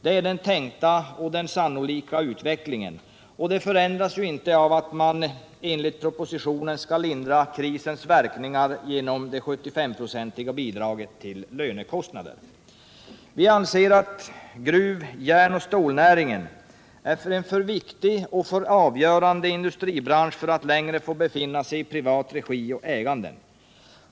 Det är den tänkta och sannolika utvecklingen, och det förändras inte av att man enligt propositionen skall lindra krisens verkningar genom det 75-procentiga bidraget till lönekostnader. Vi anser att gruv-, järnoch stålnäringen är en för viktig och för avgörande industribransch för att längre få befinna sig i privat regi och ägande.